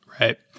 Right